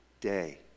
day